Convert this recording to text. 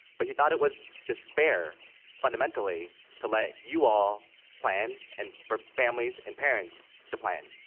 but he thought it was just fair fundamentally to let you all plan and for families and parents to plan.